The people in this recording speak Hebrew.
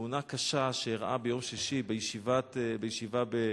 בתאונה קשה שאירעה ביום שישי בישיבה במצפה-יריחו,